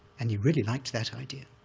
and he really liked that idea,